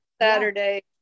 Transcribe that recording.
Saturday